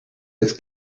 this